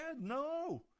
No